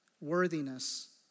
worthiness